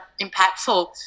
impactful